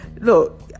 look